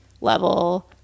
level